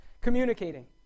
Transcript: communicating